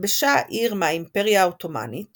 נכבשה העיר מהאימפריה העות'מאנית